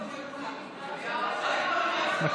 עוד צעדים כדי להקל בחוק ההוצאה לפועל,